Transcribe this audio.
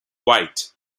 white